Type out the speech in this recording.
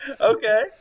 Okay